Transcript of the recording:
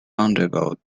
roundabout